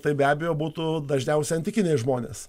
tai be abejo būtų dažniausiai antikiniai žmonės